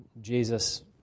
Jesus